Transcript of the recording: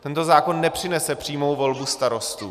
Tento zákon nepřinese přímou volbu starostů.